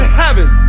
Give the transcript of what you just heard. heaven